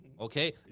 Okay